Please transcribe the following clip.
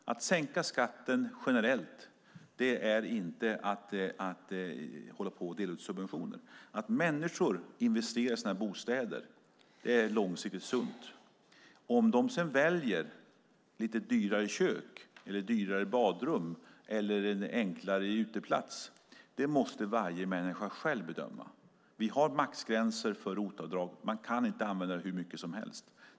Att sänka skatten generellt är inte att hålla på och dela ut subventioner. Att människor investerar i sina bostäder är långsiktigt sunt. Om de sedan väljer ett lite dyrare kök, ett lite dyrare badrum eller en enklare uteplats måste varje människa själv bedöma. Vi har maxgränser för ROT-avdrag. Man kan inte använda det hur mycket som helst.